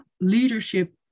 leadership